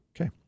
Okay